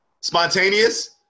Spontaneous